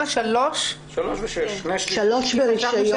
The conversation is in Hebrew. אז יש לנו